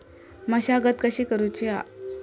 मशागत कशी करूची हा?